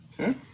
Okay